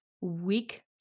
weak